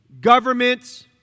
governments